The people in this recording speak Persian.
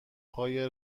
پای